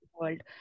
world